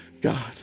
God